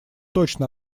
точно